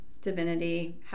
Divinity